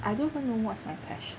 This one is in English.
I don't even know what's my passion